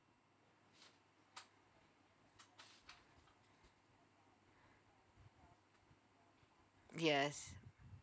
yes